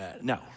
No